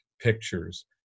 pictures